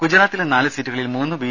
ഗുജറാത്തിലെ നാല് സീറ്റുകളിൽ മൂന്ന് ബി